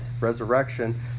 resurrection